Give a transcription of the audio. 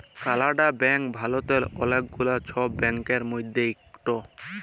কালাড়া ব্যাংক ভারতেল্লে অলেক গুলা ছব ব্যাংকের মধ্যে ইকট